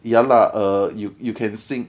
ya lah err you you can sing